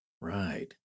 Right